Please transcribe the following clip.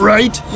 Right